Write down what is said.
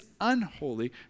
unholy